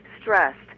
stressed